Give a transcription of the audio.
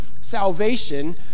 salvation